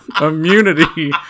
immunity